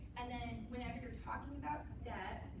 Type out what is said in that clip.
and then whenever you're talking about debt,